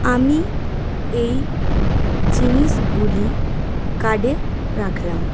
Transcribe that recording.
আমি এই জিনিসগুলি কার্টে রাখলাম